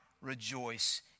rejoice